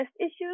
issues